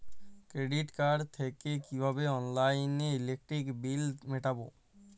Credit card থেকে কিভাবে অনলাইনে ইলেকট্রিক বিল মেটাবো?